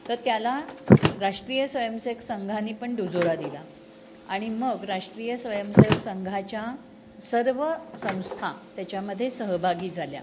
तर त्याला राष्ट्रीय स्वयंसेवक संघांनी पण दुजोरा दिला आणि मग राष्ट्रीय स्वयंसेवक संघाच्या सर्व संस्था त्याच्यामध्ये सहभागी झाल्या